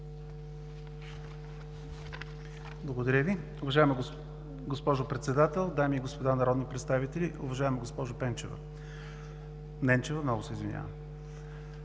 Благодаря Ви,